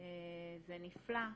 זה נפלא.